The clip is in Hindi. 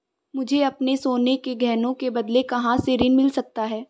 मुझे अपने सोने के गहनों के बदले कहां से ऋण मिल सकता है?